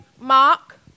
Mark